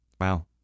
Wow